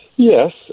Yes